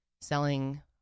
selling